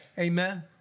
amen